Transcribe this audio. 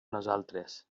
nosaltres